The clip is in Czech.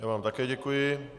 Já vám také děkuji.